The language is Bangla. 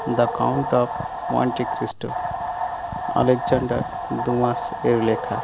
the Count of Monte Cristo Alexander Dumas এর লেখা